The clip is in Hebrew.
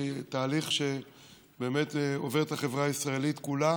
ותהליך שבאמת עובר את החברה הישראלית כולה